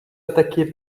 attaqué